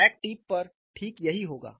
crack tip पर ठीक यही होगा